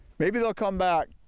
maybe they will come back.